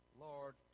Lord